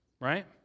right